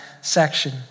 section